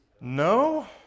No